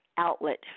Outlet